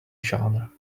genre